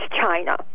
China